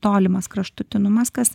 tolimas kraštutinumas kas